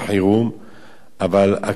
אבל הכינוס בכל זאת נקבע,